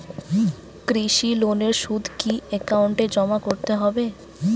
কৃষি লোনের সুদ কি একাউন্টে জমা করতে হবে?